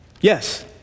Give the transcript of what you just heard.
Yes